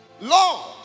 Lord